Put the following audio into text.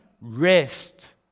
rest